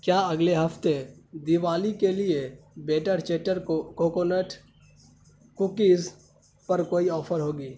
کیا اگلے ہفتے دیوالی کے لیے بیٹر چیٹر کو کوکونٹ کوکیز پر کوئی آفر ہوگی